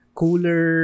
cooler